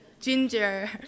Ginger